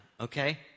okay